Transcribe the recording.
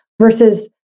versus